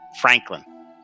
Franklin